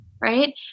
Right